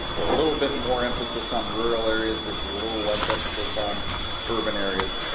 or a little bit more emphasis on rural areas versus a little less emphasis on urban areas,